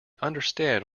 understand